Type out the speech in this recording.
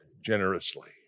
generously